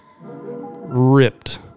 ripped